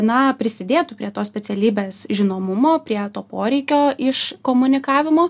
na prisidėtų prie tos specialybės žinomumo prie to poreikio iš komunikavimo